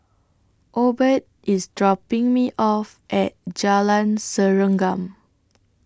Obed IS dropping Me off At Jalan Serengam